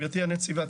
גברתי הנציבה,